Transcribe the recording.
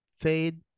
fade